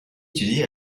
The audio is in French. étudié